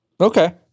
Okay